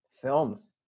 Films